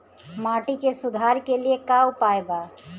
माटी के सुधार के लिए का उपाय बा?